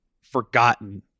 forgotten